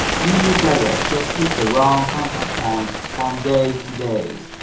new players just hit the wrong contact point from days to days.